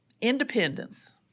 independence